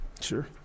Sure